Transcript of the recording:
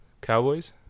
Cowboys